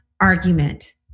argument